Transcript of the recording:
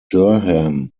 durham